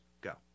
Go